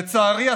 לצערי,